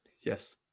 yes